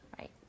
right